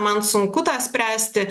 man sunku tą spręsti